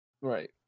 right